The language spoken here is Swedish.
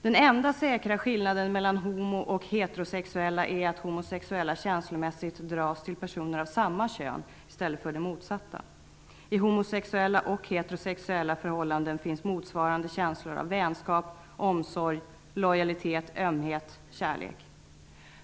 Den enda säkra skillnaden mellan homo och heterosexuella är att homosexuella känslomässigt dras till personer av samma kön. I homosexuella och heterosexuella förhållanden finns motsvarande känslor av vänskap, omsorg, lojalitet, ömhet, kärlek.''